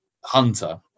Hunter